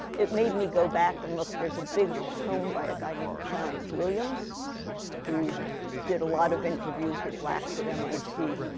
it made me go back and look there's a big told by a guy named clarence williams who did a lot of interviews with blacks at mit.